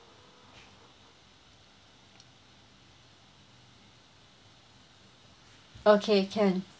okay can